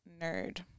nerd